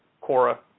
Cora